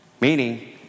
meaning